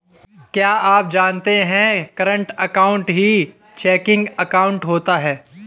क्या आप जानते है करंट अकाउंट ही चेकिंग अकाउंट होता है